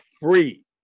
free